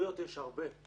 פרשנויות יש הרבה.